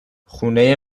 خونه